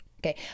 Okay